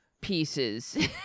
pieces